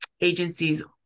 agencies